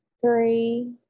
three